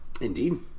Indeed